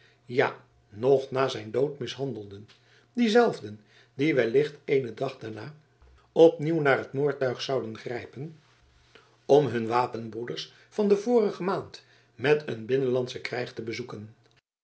ja nog na zijn dood mishandelden die zelfden die wellicht eenen dag daarna opnieuw naar het moordtuig zouden grijpen om hun wapenbroeders van de vorige maand met een binnenlandschen krijg te bezoeken